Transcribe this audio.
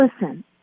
listen